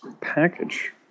package